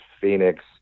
Phoenix